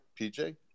pj